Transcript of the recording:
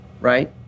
right